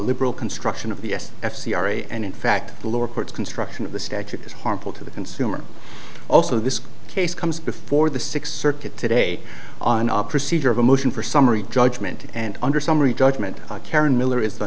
liberal construction of the s f c r a and in fact the lower court's construction of the statute as harmful to the consumer also this case comes before the sixth circuit today on our procedure of a motion for summary judgment and under summary judgment karen miller is